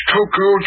Coco